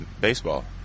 baseball